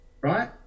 Right